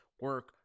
Work